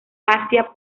asia